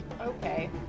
okay